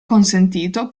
consentito